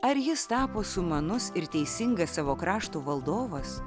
ar jis tapo sumanus ir teisingas savo krašto valdovas